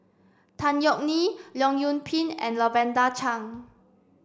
Tan Yeok Nee Leong Yoon Pin and Lavender Chang